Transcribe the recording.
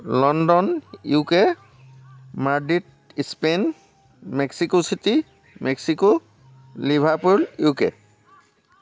London U K Madrid Spain Mexico City Mexico Liverpool U K